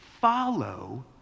follow